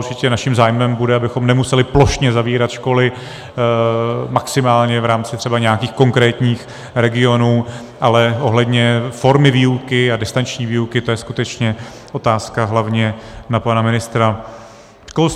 Určitě naším zájmem bude, abychom nemuseli plošně zavírat školy, maximálně v rámci třeba nějakých konkrétních regionů, ale ohledně formy výuky a distanční výuky, to je skutečně otázka hlavně na pana ministra školství.